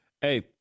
hey